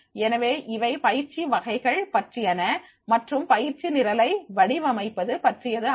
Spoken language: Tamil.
எனவே இவை பயிற்சி வகைகள் பற்றியன மற்றும் பயிற்சி நிரலை வடிவமைப்பது பற்றியது ஆகும்